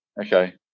Okay